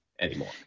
anymore